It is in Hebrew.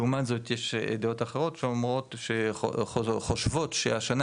לעומת זאת יש דעות אחרות שחושבות שהשנה